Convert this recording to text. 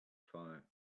fire